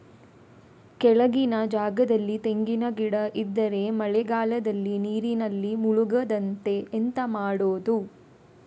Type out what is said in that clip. ಕೆಳಗಿನ ಜಾಗದಲ್ಲಿ ತೆಂಗಿನ ಗಿಡ ಇದ್ದರೆ ಮಳೆಗಾಲದಲ್ಲಿ ನೀರಿನಲ್ಲಿ ಮುಳುಗದಂತೆ ಎಂತ ಮಾಡೋದು?